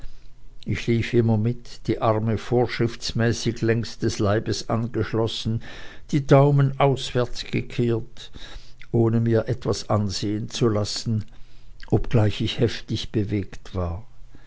ich lief immer mit die arme vorschriftsmäßig längs des leibes angeschlossen die daumen auswärts gekehrt ohne mir etwas ansehen zu lassen obgleich ich heftig bewegt war